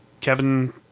Kevin